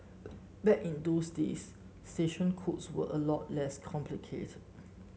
back in those days station codes were a lot less complicated